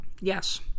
Yes